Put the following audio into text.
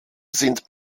sind